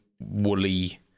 woolly